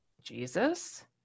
Jesus